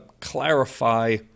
clarify